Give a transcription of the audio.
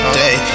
day